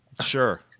Sure